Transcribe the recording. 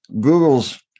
Google's